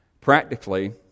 Practically